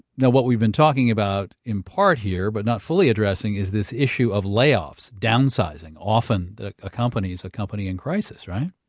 now what we've been talking about in part here, but not fully addressing, is this issue of layoffs. downsizing often accompanies a company in crisis, right?